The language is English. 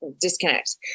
disconnect